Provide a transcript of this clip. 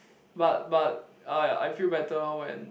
but but I I feel better when